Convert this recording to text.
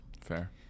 Fair